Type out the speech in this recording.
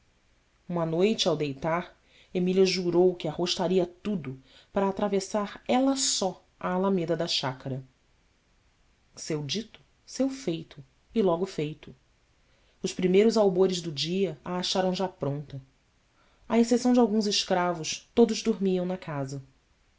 uma noite ao deitar emília jurou que arrostaria tudo para atravessar ela só a alameda da chácara seu dito seu feito e logo feito os primeiros albores do dia a acharam já pronta à exceção de alguns escravos todos dormiam na casa